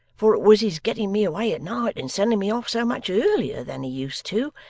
for it was his getting me away at night and sending me off so much earlier than he used to,